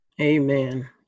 Amen